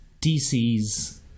DC's